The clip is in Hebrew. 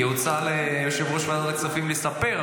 כי הוצע ליושב-ראש ועדת הכספים לספר,